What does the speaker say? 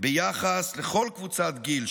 ביחס לכל קבוצת גיל,